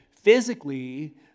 physically